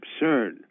absurd